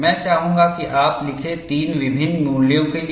मैं चाहूंगा कि आप लिखें 3 विभिन्न मूल्यों के लिए